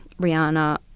Rihanna